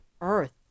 Earth